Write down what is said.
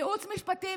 ייעוץ משפטי.